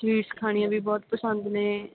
sweets ਖਾਣੀਆਂ ਵੀ ਬਹੁਤ ਪਸੰਦ ਨੇ